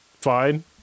fine